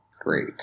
Great